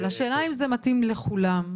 אבל השאלה אם זה מתאים לכולם?